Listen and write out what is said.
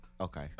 Okay